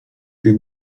wiem